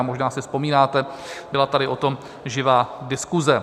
Možná si vzpomínáte, byla tady o tom živá diskuse.